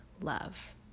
love